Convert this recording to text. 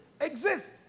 exist